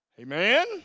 Amen